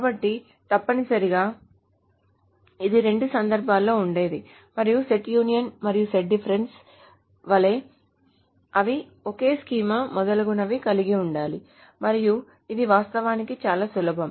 కాబట్టి తప్పనిసరిగా ఇది రెండు సందర్భాలలో ఉండాలి మరియు సెట్ యూనియన్ మరియు సెట్ డిఫరెన్స్ వలె అవి ఒకే స్కీమా మొదలగునవి కలిగి ఉండాలి మరియు ఇది వాస్తవానికి చాలా సులభం